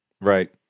Right